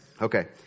Okay